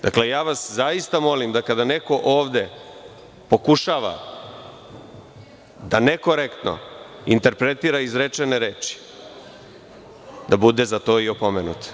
Dakle, zaista vas molim da kada neko ovde pokušava da nekorektno interpretira izrečene reči, da bude za to i opomenut.